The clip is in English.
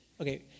Okay